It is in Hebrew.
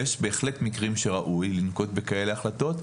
ויש בהחלט מקרים שראוי לנקוט בכאלה החלטות.